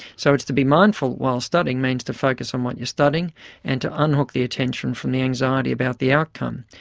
so it's to be mindful while studying means to focus on what you're studying and to unhook the attention from the anxiety about the outcome.